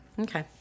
Okay